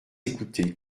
écoutée